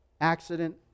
accident